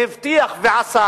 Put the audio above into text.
והבטיח ועשה